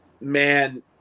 Man